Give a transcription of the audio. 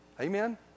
Amen